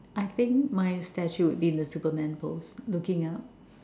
I think my statue would be in the superman pose looking out